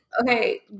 okay